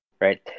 Right